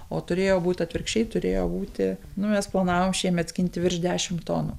o turėjo būt atvirkščiai turėjo būti nu mes planavom šiemet skinti virš dešim tonų